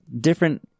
different –